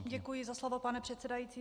Děkuji za slovo, pane předsedající.